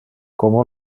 como